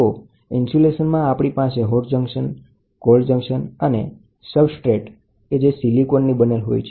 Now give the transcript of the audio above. તો ઇન્સ્યુલેશનમાં આપણી પાસે hot junction cold junction thermocouples અને એક બેઝીક સબસ્ટ્રેટ છે જે સિલિકોનનું બનેલ છે